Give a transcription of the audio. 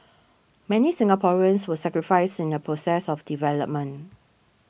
many Singaporeans were sacrificed in the process of development